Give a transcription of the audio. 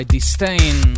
Disdain